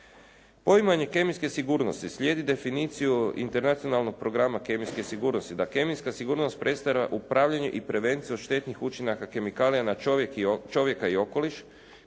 Poimanje kemijske sigurnosti slijedi definiciju Internacionalnog programa kemijske sigurnosti. Da kemijska sigurnost predstavlja upravljanje i prevenciju od štetnih učinaka kemikalija na čovjeka i okoliš